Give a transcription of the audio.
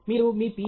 మీరు మీ Ph